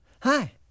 Hi